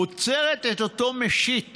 עוצרת את אותו משיט